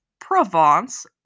Provence